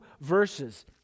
verses